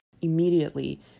immediately